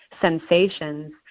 sensations